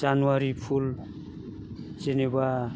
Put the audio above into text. जानुआरि फुल जेनेबा